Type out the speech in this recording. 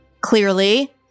clearly